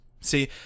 See